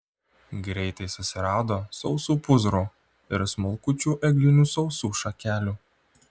greitai susirado sausų pūzrų ir smulkučių eglinių sausų šakelių